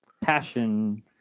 passion